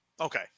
Okay